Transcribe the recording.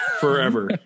forever